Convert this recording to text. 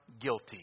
guilty